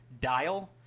dial